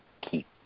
keep